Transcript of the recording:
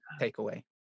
takeaway